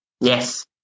Yes